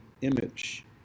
image